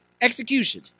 execution